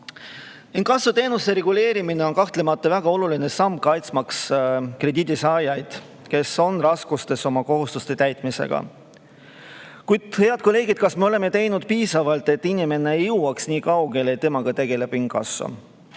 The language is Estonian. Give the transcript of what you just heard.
hulgi. Inkassoteenuse reguleerimine on kahtlemata väga oluline samm kaitsmaks krediidisaajaid, kes on raskustes oma kohustuste täitmisega. Kuid, head kolleegid, kas me oleme teinud piisavalt, et inimene ei jõuaks nii kaugele, et temaga tegeleb inkasso?